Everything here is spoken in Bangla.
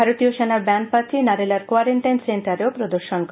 ভারতীয় সেনার ব্যান্ড পার্টি নারেলার কোয়ারেন্টাইন সেন্টারে প্রদর্শন করে